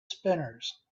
spinners